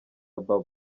babo